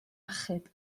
achub